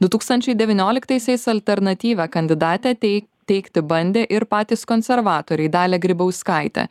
du tūkstančiai devynioliktaisiais alternatyvę kandidatę tei teikti bandė ir patys konservatoriai dalią grybauskaitę